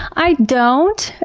i don't,